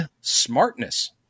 Smartness